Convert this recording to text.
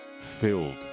filled